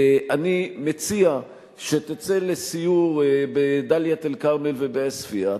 אני מציע שתצא לסיור בדאלית-אל-כרמל ובעוספיא,